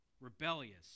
rebellious